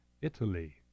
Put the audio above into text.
Italy